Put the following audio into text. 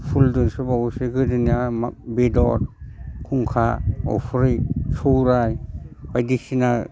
फुलदोसो बाउओ गोदोनिया बेदर खुंखा अफ्रि सौराय बायदिसिना